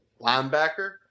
linebacker